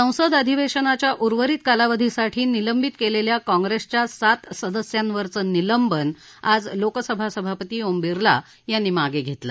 संसद अधिवेशनाच्या उर्वरित कालावधीसाठी निलंबित केलेल्या काँग्रेसच्या सात सदस्यांवरचं निलंबन आज लोकसभा सभापती ओम बिर्ला यांनी मागे घेतलं